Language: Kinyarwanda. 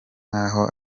nkaho